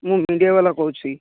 ମୁଁ ମିଡ଼ିଆ ବାଲା କହୁଛି